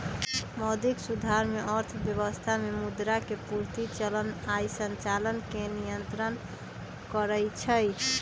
मौद्रिक सुधार में अर्थव्यवस्था में मुद्रा के पूर्ति, चलन आऽ संचालन के नियन्त्रण करइ छइ